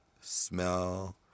smell